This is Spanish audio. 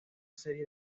serie